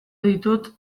ditut